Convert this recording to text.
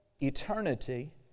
eternity